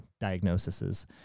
diagnoses